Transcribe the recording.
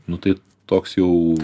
nu tai toks jau